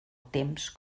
temps